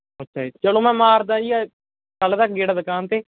ਅੱਛਾ ਜੀ ਚਲੋ ਮੈਂ ਮਾਰਦਾ ਜੀ ਆਹ ਕੱਲ੍ਹ ਤੱਕ ਗੇੜਾ ਦੁਕਾਨ 'ਤੇ